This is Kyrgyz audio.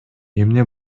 эмне